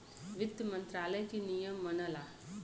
वित्त मंत्रालय के नियम मनला